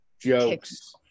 jokes